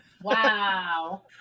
Wow